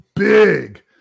Big